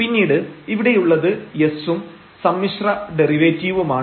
പിന്നീട് ഇവിടെയുള്ളത് s ഉം സമ്മിശ്ര ഡെറിവേറ്റീവുമാണ്